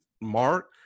Mark